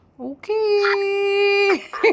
Okay